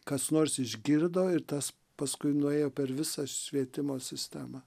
kas nors išgirdo ir tas paskui nuėjo per visą švietimo sistemą